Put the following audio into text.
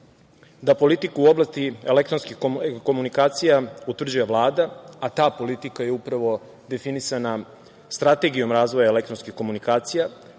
da politiku u oblasti elektronskih komunikacija utvrđuje Vlada, a ta politika je upravo definisana Strategijom razvoja elektronskih komunikacija.